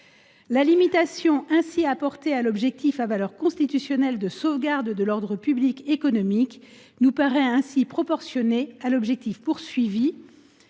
La limitation ainsi apportée à l’objectif à valeur constitutionnelle de sauvegarde de l’ordre public économique nous paraît proportionnée à l’objectif visé,